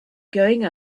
going